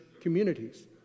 communities